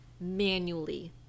manually